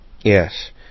yes